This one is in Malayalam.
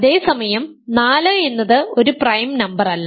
അതേസമയം 4 എന്നത് ഒരു പ്രൈം നമ്പറല്ല